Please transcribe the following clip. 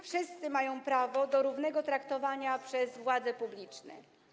Wszyscy mają prawo do równego traktowania przez władze publiczne.